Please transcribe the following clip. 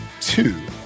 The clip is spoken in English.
two